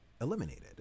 eliminated